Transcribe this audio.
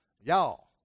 Y'all